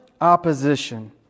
opposition